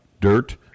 dirt